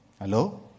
Hello